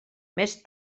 més